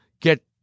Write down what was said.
get